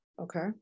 Okay